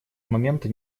момента